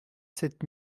sept